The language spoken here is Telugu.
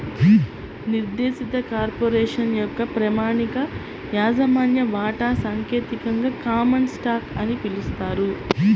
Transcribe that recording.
నిర్దేశిత కార్పొరేషన్ యొక్క ప్రామాణిక యాజమాన్య వాటా సాంకేతికంగా కామన్ స్టాక్ అని పిలుస్తారు